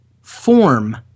form